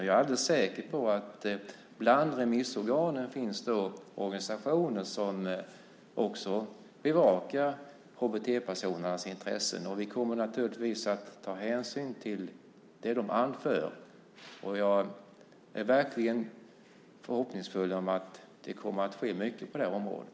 Jag är alldeles säker på att det bland remissorganen finns organisationer som också bevakar HBT-personernas intressen. Vi kommer naturligtvis att ta hänsyn till det de anför. Jag är verkligen förhoppningsfull om att det kommer att ske mycket på det här området.